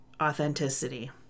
authenticity